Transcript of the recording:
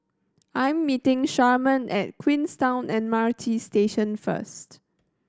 I'm meeting Sharman at Queenstown M R T Station first